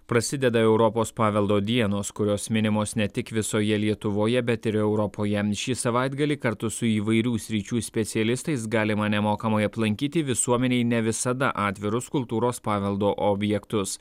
prasideda europos paveldo dienos kurios minimos ne tik visoje lietuvoje bet ir europoje šį savaitgalį kartu su įvairių sričių specialistais galima nemokamai aplankyti visuomenei ne visada atvirus kultūros paveldo objektus